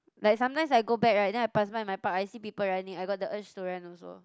like sometimes I go back right then I pass by my park I see people running I got the urge to run also